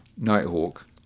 Nighthawk